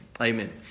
Amen